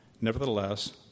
Nevertheless